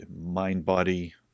mind-body